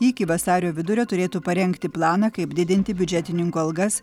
iki vasario vidurio turėtų parengti planą kaip didinti biudžetininkų algas